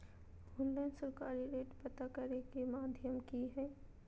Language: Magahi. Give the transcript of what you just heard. ऑनलाइन सरकारी रेट पता करे के माध्यम की हय?